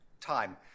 time